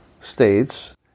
states